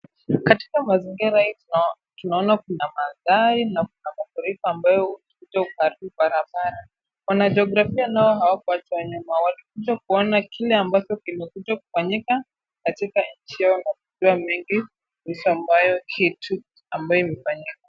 Katika mazingira hiyo tunaona kuna mathari na kuna mafuriko ambayo imeharibu barabara. Wanajiografia nao hawakuachwa nyuma, walikuja kuona kile ambacho kimekuja kufanyika katika eneo la mvua mingi kisha ambayo kitu ambayo imefanyika.